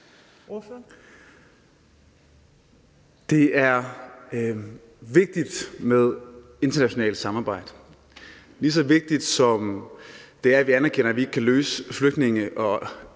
Det er vigtigt med internationalt samarbejde – lige så vigtigt som det er, at vi anerkender, at vi ikke kan løse flygtninge- og